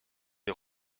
les